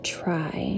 try